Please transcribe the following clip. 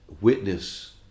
witness